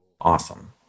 awesome